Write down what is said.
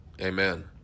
Amen